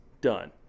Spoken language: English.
done